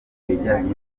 ibijyanye